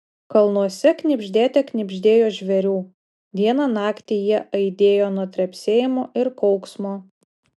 kalnuose knibždėte knibždėjo žvėrių dieną naktį jie aidėjo nuo trepsėjimo ir kauksmo